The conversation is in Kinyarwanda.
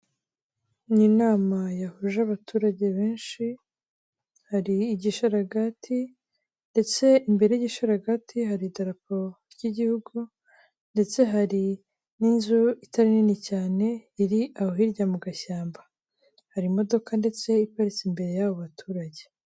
Ni inama yahuje abaturage benshi, hari igisharagati, ndetse imbere y'igisharagati hari idarapo ry'igihugu, ndetse hari n'inzu itari nini cyane, iri aho hirya mu gashyamba, hari imodoka ndetse iparitse imbere y'abo baturage.